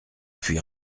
puis